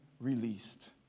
released